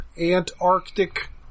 Antarctic